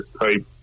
type